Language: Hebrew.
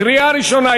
קריאה ראשונה.